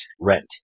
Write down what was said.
rent